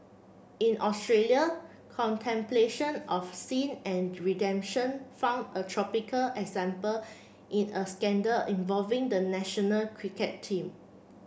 in Australia contemplation of sin and redemption found a tropical example in a scandal involving the national cricket team